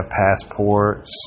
passports